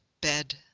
bed